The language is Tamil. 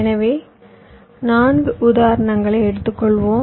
எனவே நான்கு உதாரணங்களை எடுத்துக்கொள்வோம்